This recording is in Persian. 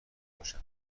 باشن